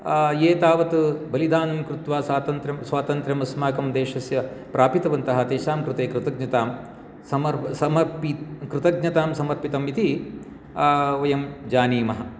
ये तावत् बलिदानं कृत्वा स्वातन्त्रम् स्वातन्त्र्यं अस्माकं देशस्य प्रापितवन्तः तेषां कृते कृतज्ञतां कृतज्ञतां समर्पितम् इति वयं जानीमः